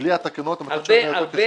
בלי התקנות, המצב היה הרבה יותר גרוע.